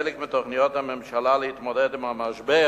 חלק מתוכניות הממשלה להתמודד עם המשבר